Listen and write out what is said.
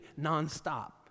nonstop